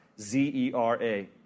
Z-E-R-A